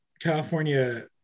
California